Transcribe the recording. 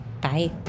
Bye